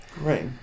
right